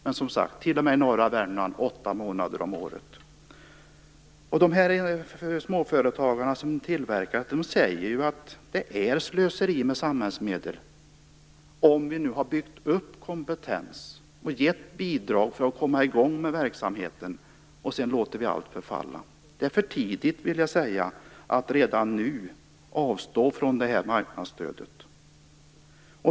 Men, som sagt, t.o.m. i Värmland kan solenergi utnyttjas under åtta månader om året. Dessa småföretagare säger att det är slöseri med samhällsmedel. Det har byggts upp en kompetens och betalats ut bidrag för att verksamheten skall komma i gång. Sedan låter vi allt förfalla. Det är för tidigt att säga att man redan nu skall avstå från marknadsstödet.